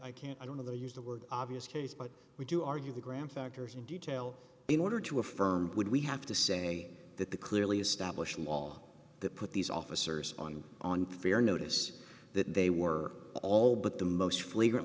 can't i don't know they used the word obvious case but we do argue the graham factors in detail in order to affirm would we have to say that the clearly established law that put these officers on unfair notice that they were all but the most flagrant